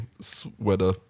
sweater